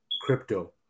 crypto